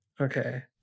okay